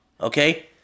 Okay